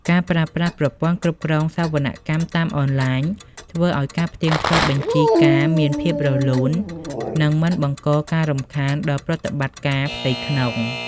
ការប្រើប្រាស់ប្រព័ន្ធគ្រប់គ្រងសវនកម្មតាមអនឡាញ ធ្វើឱ្យការផ្ទៀងផ្ទាត់បញ្ជីការមានភាពរលូន និងមិនបង្កការរំខានដល់ប្រតិបត្តិការផ្ទៃក្នុង។